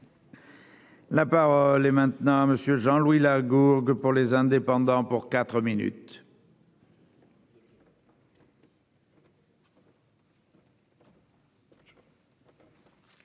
La parole est maintenant à monsieur Jean-Louis Lagourgue pour les indépendants pour 4 minutes.